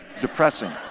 depressing